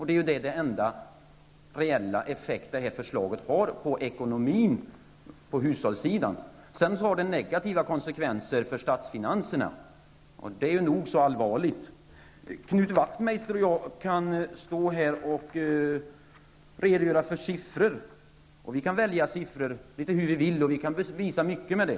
Det är den enda reella effekt som det här förslaget har på ekonomin på hushållssidan. Sedan har det negativa konsekvenser för statsfinanserna, och det är nog så allvarligt. Knut Wachtmeister och jag kan stå i kammarens talarstol och redogöra för siffror, och vi kan välja siffrorna litet hur vi vill och visa mycket med dem.